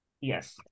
Yes